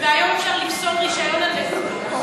והיום אפשר לפסול רישיון על נקודות.